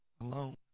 alone